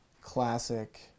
classic